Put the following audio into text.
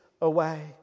away